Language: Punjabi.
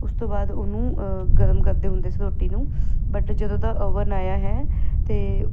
ਉਸ ਤੋਂ ਬਾਅਦ ਉਹਨੂੰ ਗਰਮ ਕਰਦੇ ਹੁੰਦੇ ਸੀ ਰੋਟੀ ਨੂੰ ਬਟ ਜਦੋਂ ਦਾ ਅਵਨ ਆਇਆ ਹੈ ਅਤੇ